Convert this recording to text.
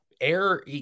air